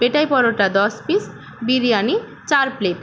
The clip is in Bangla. পেটাই পরোটা দশ পিস বিরিয়ানি চার প্লেট